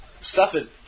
suffered